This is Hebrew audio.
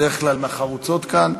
בדרך כלל מהחרוצות כאן.